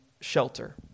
shelter